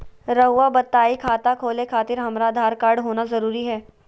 रउआ बताई खाता खोले खातिर हमरा आधार कार्ड होना जरूरी है?